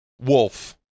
wolf